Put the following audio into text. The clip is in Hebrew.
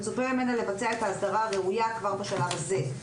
מצופה ממנה לבצע את ההסברה הראויה כבר בשלב הזה.